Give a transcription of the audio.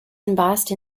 embossed